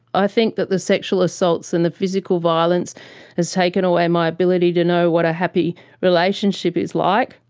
i think that the sexual assaults and the physical violence has taken away my ability to know what a happy relationship is like.